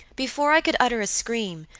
before i could utter a scream,